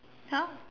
!huh!